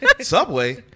subway